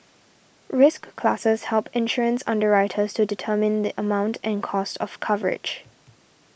risk classes help insurance underwriters to determine the amount and cost of coverage